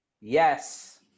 Yes